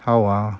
how ah